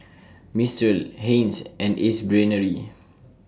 Mistral Heinz and Ace Brainery